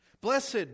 Blessed